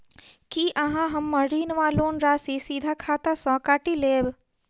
की अहाँ हम्मर ऋण वा लोन राशि सीधा खाता सँ काटि लेबऽ?